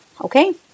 Okay